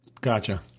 Gotcha